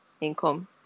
income